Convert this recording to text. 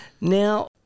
Now